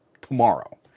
tomorrow